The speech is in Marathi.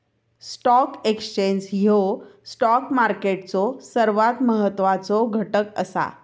स्टॉक एक्सचेंज ह्यो स्टॉक मार्केटचो सर्वात महत्वाचो घटक असा